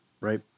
Right